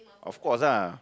of course lah